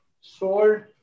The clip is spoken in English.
sold